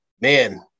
man